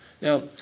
Now